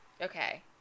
Okay